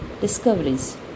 discoveries